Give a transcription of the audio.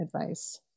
advice